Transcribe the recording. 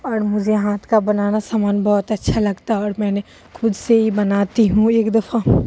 اور مجھے ہاتھ کا بنانا سامان بہت اچھا لگتا ہے اور میں نے خود سے ہی بناتی ہوں ایک دفعہ